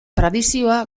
tradizioa